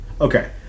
okay